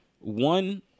One